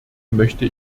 möchte